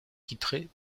titrée